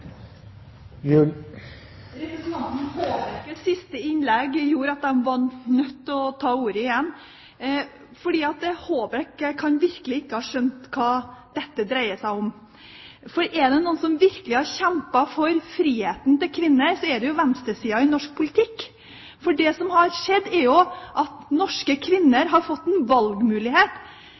Representanten Håbrekkes siste innlegg gjorde at jeg ble nødt til å ta ordet igjen. Håbrekke kan virkelig ikke ha skjønt hva dette dreier seg om, for er det noen som virkelig har kjempet for friheten til kvinner, er det jo venstresiden i norsk politikk. Det som har skjedd, er jo at norske kvinner har fått en valgmulighet.